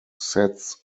sets